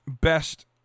best